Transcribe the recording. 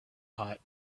hot